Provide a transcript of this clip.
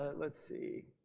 ah let's see.